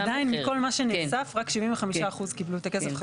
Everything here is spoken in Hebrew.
אבל עדיין מכל מה שנאסף רק 75% קיבלו את הכסף חזרה.